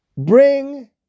Bring